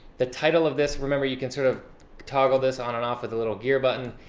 the title of this, remember you can sort of toggle this on and off with the little gear button.